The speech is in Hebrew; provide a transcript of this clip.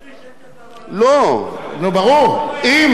ולכן אני אומר מה החוק הזה אומר.